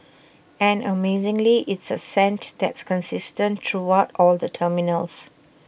and amazingly it's A scent that's consistent throughout all the terminals